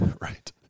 Right